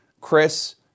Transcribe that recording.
Chris